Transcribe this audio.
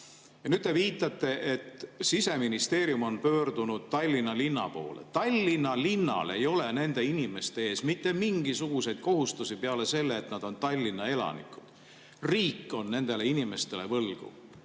Nüüd te viitate, et Siseministeerium on pöördunud Tallinna linna poole. Tallinna linnal ei ole nende inimeste ees mitte mingisuguseid kohustusi peale selle, et nad on Tallinna elanikud. Riik on nendele inimestele võlgu.